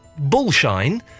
bullshine